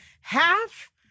half-